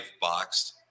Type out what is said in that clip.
boxed